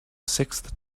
sixth